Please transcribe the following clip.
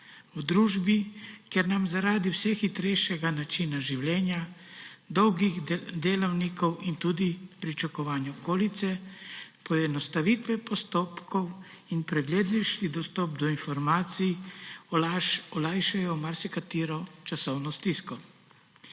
v družbi, kjer nam zaradi vse hitrejšega načina življenja, dolgih delavnikov in tudi pričakovanj okolice poenostavitve postopkov in preglednejši dostop do informacij olajšajo marsikatero časovno stisko.